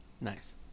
Nice